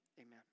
Amen